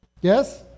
Yes